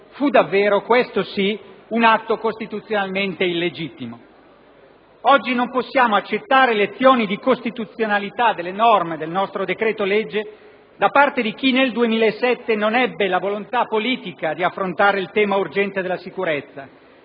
fu davvero - quello sì - un atto costituzionalmente illegittimo. Oggi non possiamo accettare lezioni di costituzionalità sulle norme del nostro decreto-legge da parte di chi, nel 2007, non ebbe la volontà politica di affrontare il tema urgente della sicurezza,